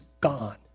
gone